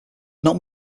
not